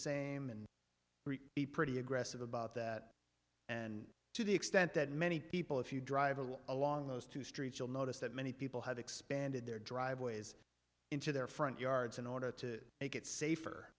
same and be pretty aggressive about that and to the extent that many people if you drive along those two streets you'll notice that many people have expanded their driveways into their front yards in order to make it safe